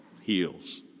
heals